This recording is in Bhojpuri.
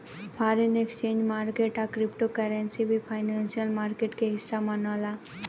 फॉरेन एक्सचेंज मार्केट आ क्रिप्टो करेंसी भी फाइनेंशियल मार्केट के हिस्सा मनाला